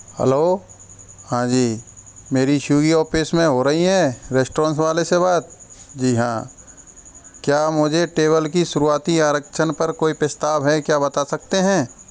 hello हाँ जी मेरी ऑफिस में हो रही है रेस्टोरेंस वाले से बात जी हाँ क्या मुझे टेबल की शुरुआती आरक्षण पर कोई प्रस्ताव है क्या बता सकते हैं